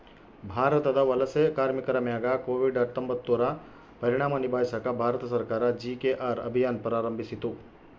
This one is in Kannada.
ಭಾರತದ ವಲಸೆ ಕಾರ್ಮಿಕರ ಮ್ಯಾಗ ಕೋವಿಡ್ ಹತ್ತೊಂಬತ್ತುರ ಪರಿಣಾಮ ನಿಭಾಯಿಸಾಕ ಭಾರತ ಸರ್ಕಾರ ಜಿ.ಕೆ.ಆರ್ ಅಭಿಯಾನ್ ಪ್ರಾರಂಭಿಸಿತು